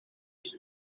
ati